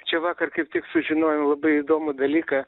čia vakar kaip tik sužinojau labai įdomų dalyką